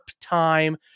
time